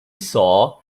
saw